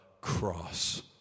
cross